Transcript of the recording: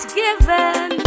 given